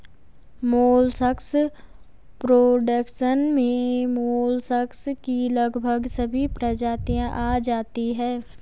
molluscs production में molluscs की लगभग सभी प्रजातियां आ जाती हैं